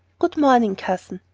good-morning, cousin.